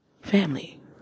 Family